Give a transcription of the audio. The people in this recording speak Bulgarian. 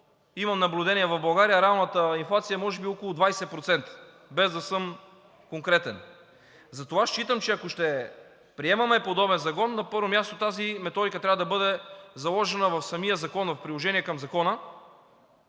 имам наблюдение, в България реалната инфлация е може би около 20%, без да съм конкретен. Затова считам, че ако ще приемаме подобен закон, на първо място, тази методика трябва да бъде заложена в самия закон, в приложение към Закона